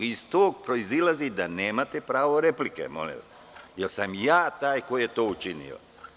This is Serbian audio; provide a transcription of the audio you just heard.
Iz toga proizilazi da nemate pravo replike, jer sam ja taj koji je to učinio.